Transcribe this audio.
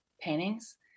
paintings